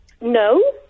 No